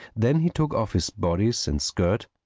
then he took off his bodice and skirt,